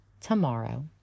tomorrow